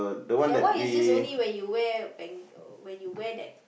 that one is just only when you wear when when you wear that